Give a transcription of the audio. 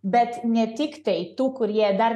bet ne tiktai tų kurie dar